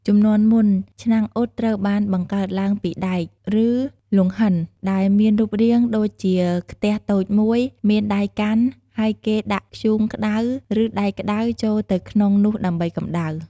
ជំនាន់មុន ឆ្នាំងអ៊ុតត្រូវបានបង្កើតឡើងពីដែក ឬលង្ហិន ដែលមានរូបរាងដូចជាខ្ទះតូចមួយ មានដៃកាន់ ហើយគេដាក់ធ្យូងក្តៅ ឬដែកក្តៅចូលទៅក្នុងនោះដើម្បីកម្ដៅ។